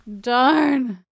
Darn